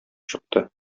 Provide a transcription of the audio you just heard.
чыкты